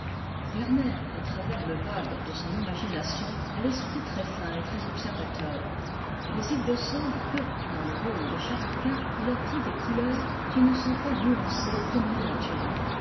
à travers le vague de son imagination a l'esprit très-fin et très observateur mais il me semble que dans le rôle de chartes quint il a pris des couleurs qui ne sont pas nuancées comme la nature